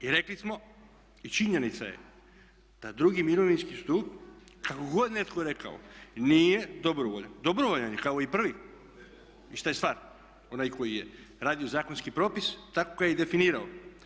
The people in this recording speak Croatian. I rekli smo i činjenica je da drugi mirovinski stup kako god netko rekao nije dobrovoljan, dobrovoljan je kao i prvi ista je stvar, onaj koji je radio zakonski propis tako ga je i definirao.